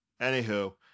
Anywho